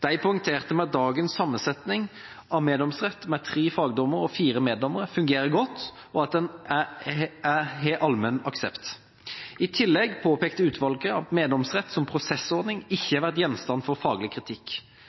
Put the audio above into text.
De poengterte at dagens sammensetning av meddomsrett med tre fagdommere og fire meddommere fungerer godt, og at den har allmenn aksept. I tillegg påpekte utvalget at meddomsrett som prosessordning ikke har vært gjenstand for faglig kritikk.